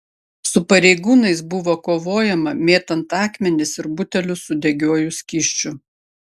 su pareigūnais buvo kovojama mėtant akmenis ir butelius su degiuoju skysčiu